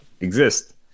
exist